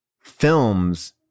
films